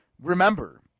Remember